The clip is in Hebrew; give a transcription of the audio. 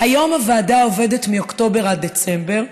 היום הוועדה עובדת מאוקטובר עד דצמבר.